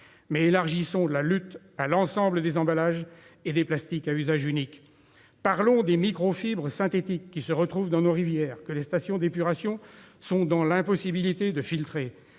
mais élargissons ce combat à l'ensemble des emballages et des plastiques à usage unique ! Parlons des microfibres synthétiques qui se retrouvent dans nos rivières et que les stations d'épuration sont dans l'impossibilité de filtrer.